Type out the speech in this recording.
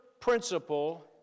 principle